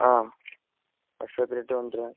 അ വർഷോപ്പിലോട്ട് കൊണ്ട് വരാൻ